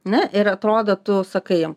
ne ir atrodo tu sakai jam